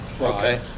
Okay